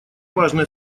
важное